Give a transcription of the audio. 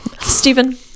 Stephen